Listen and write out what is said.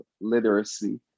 literacy